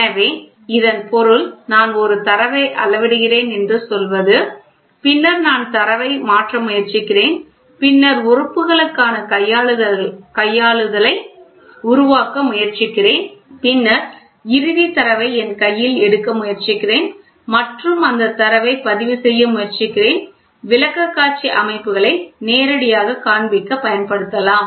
எனவே இதன் பொருள் நான் ஒரு தரவை அளவிடுகிறேன் என்று சொல்வது பின்னர் நான் தரவை மாற்ற முயற்சிக்கிறேன் பின்னர் உறுப்புகளுக்கான கையாளுதலை உருவாக்க முயற்சிக்கிறேன் பின்னர் இறுதி தரவை என் கையில் எடுக்க முயற்சிக்கிறேன் மற்றும் அந்த தரவை பதிவு செய்ய முயற்சிக்கிறேன் விளக்கக்காட்சி அமைப்புகளை நேரடியாகக் காண்பிக்கப் பயன்படுத்தலாம்